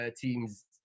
Teams